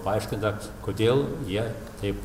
paaiškinta kodėl jie taip